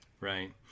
Right